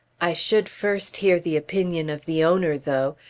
i should first hear the opinion of the owner, though.